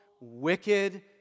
wicked